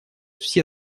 все